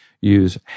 Use